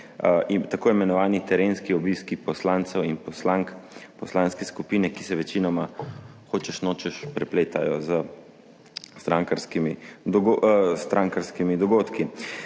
tako imenovani terenski obiski poslancev in poslank poslanske skupine, ki se večinoma, hočeš nočeš, prepletajo s strankarskimi,